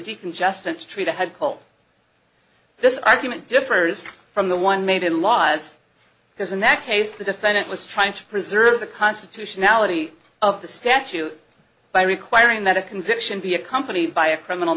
decongestant st i had hoped this argument differs from the one made in law as his and that case the defendant was trying to preserve the constitutionality of the statute by requiring that a conviction be accompanied by a criminal